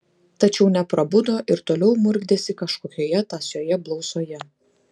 tačiau neprabudo ir toliau murkdėsi kažkokioje tąsioje blausoje